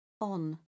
on